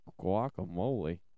guacamole